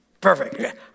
perfect